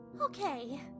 Okay